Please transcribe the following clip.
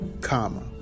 comma